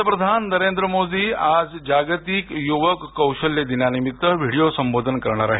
पंतप्रधान नरेंद्र मोदी आज जागतिक युवक कौशल्य दिनानिमित्त व्हिडीओ संबोधन करणार आहेत